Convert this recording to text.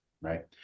right